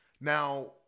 Now